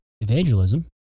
evangelism